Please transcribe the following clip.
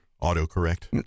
Auto-correct